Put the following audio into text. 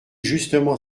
justement